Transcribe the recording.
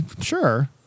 Sure